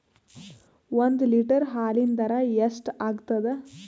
ಒಂದ್ ಲೀಟರ್ ಹಾಲಿನ ದರ ಎಷ್ಟ್ ಆಗತದ?